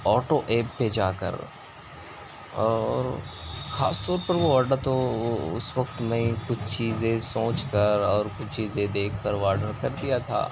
auto app پہ جا کر اور خاص طور پر وہ آڈر تو اس وقت میں کچھ چیزیں سوچ کر اور کچھ چیزیں دیکھ کر وہ آڈر کر دیا تھا